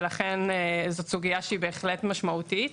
ולכן זו סוגיה שהיא בהחלט משמעותית.